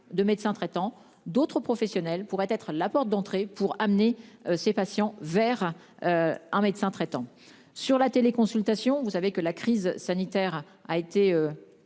de médecin traitant d'autres professionnels pourrait être la porte d'entrée pour amener ces patients vers. Un médecin traitant sur la télé consultation. Vous savez que la crise sanitaire a été.